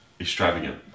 extravagant